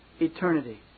Eternity